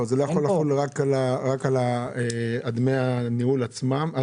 זה לא יכול לחול רק על דמי הניהול עצמם?